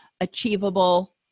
achievable